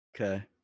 Okay